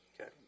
Okay